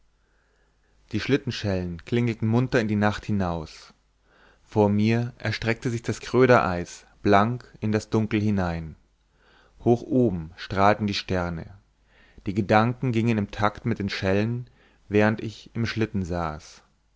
die schlittenschellen klingelten munter in die nacht hinaus vor mir erstreckte sich das krödereis blank in das dunkel hinein hoch oben strahlten die sterne die gedanken gingen im takt mit den schellen während ich im schlitten saß